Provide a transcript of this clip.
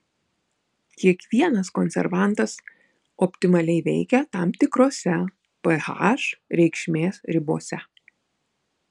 kiekvienas konservantas optimaliai veikia tam tikrose ph reikšmės ribose